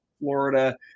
Florida